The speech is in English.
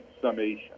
summation